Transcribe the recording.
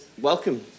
Welcome